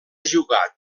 jugar